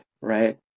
right